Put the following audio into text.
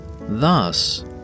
Thus